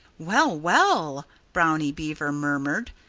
well, well! brownie beaver murmured.